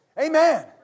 Amen